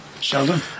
Sheldon